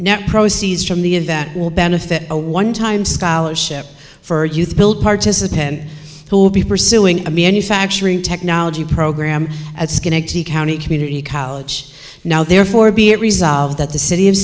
net proceeds from the a that will benefit a one time scholarship for youth build participant who will be pursuing a manufacturing technology program at schenectady county community college now therefore be it resolved that the city of